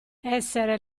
essere